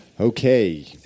Okay